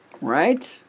Right